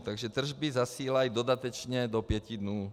Takže tržby zasílají dodatečně do pěti dnů.